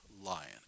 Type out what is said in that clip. Lion